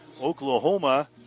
Oklahoma